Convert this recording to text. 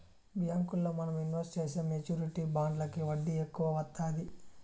బ్యాంకుల్లో మనం ఇన్వెస్ట్ చేసే మెచ్యూరిటీ బాండ్లకి వడ్డీ ఎక్కువ వత్తాది